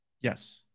Yes